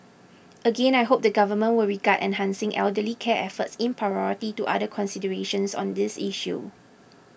again I hope the government will regard enhancing elderly care efforts in priority to other considerations on this issue